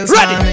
Ready